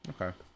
Okay